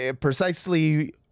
precisely